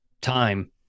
time